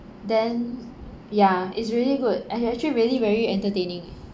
then ya is really good and actually really very entertaining